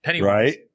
right